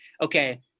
okay